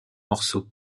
morceaux